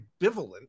ambivalent